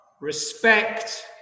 respect